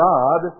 God